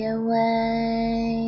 away